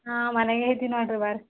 ಹಾಂ ಮನೆಗೇ ಇದ್ದೀನಿ ನೋಡಿರಿ ಬರ್ರೀ